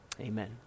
Amen